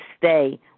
stay